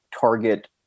target